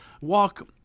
walk